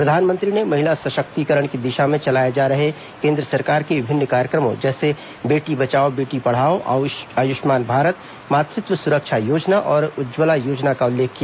प्रधानमंत्री ने महिला सशक्तिकरण की दिशा में चलाए जा रहे केन्द्र सरकार के विभिन्न कार्यक्रमों जैसे बेटी बचाओ बेटी पढ़ाओ आयुष्मान भारत मातृत्व सुरक्षा योजना और उज्जवला योजना का उल्लेख किया